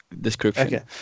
description